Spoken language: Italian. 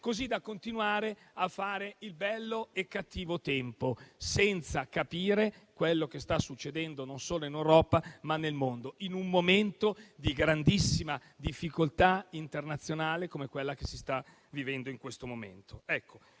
così da continuare a fare il bello e il cattivo tempo, senza capire quello che sta succedendo non solo in Europa, ma nel mondo, in un momento di grandissima difficoltà internazionale come quella che si sta vivendo ora. Si mostrano